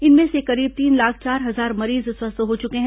इनमें से करीब तीन लाख चार हजार मरीज स्वस्थ हो चुके हैं